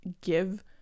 give